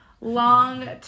long